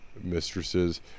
mistresses